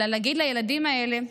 אלא להגיד לילדים האלה: